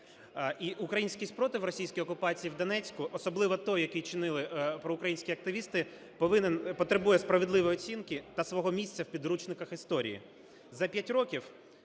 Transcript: І український спротив російській окупації в Донецьку, особливо той, який чинили проукраїнські активісти, потребує справедливої оцінки та свого місця в підручниках історії. За 5 років